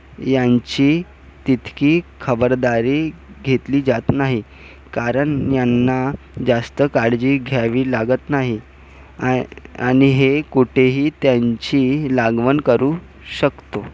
यांची तितकी खबरदारी घेतली जात नाही कारण यांना जास्त काळजी घ्यावी लागत नाही आ आणि हे कुठेही त्यांची लागवण करू शकतो